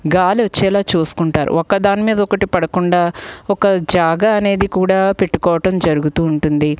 గాలి వచ్చేలా చూసుకుంటారు ఒక దాని మీద ఒకటి పడకుండా ఒక జాగా అనేది కూడా పెట్టుకోవటం జరుగుతూ ఉంటుంది